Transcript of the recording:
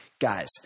Guys